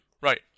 Right